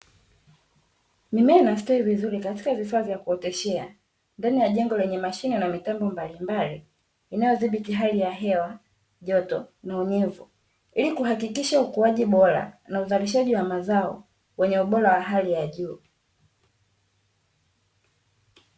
Mimea inastawi vizuri katika vifaa vya kuoteshea, ndani ya jengo lenye mashine na mitambo mbalimbali inayodhibiti hali ya hewa ya joto na unyevu, ili kuhakikisha ukuaji bora na uzalishaji wa mazao wenye ubora wa hali ya juu.